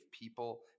People